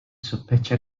sospecha